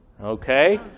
Okay